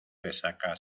resaca